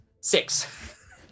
Six